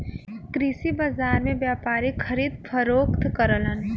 कृषि बाजार में व्यापारी खरीद फरोख्त करलन